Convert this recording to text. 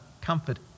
comfort